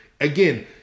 Again